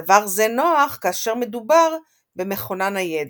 דבר זה נוח כאשר מדובר במכונה ניידת.